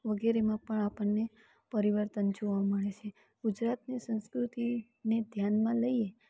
વગેરેમાં પણ આપણને પરિવર્તન જોવા મળે છે ગુજરાતની સંસ્કૃતિને ધ્યાનમાં લઈએ તો